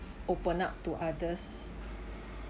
open up to others